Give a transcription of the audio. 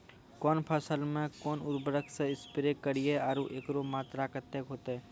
कौन फसल मे कोन उर्वरक से स्प्रे करिये आरु एकरो मात्रा कत्ते होते?